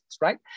right